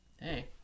hey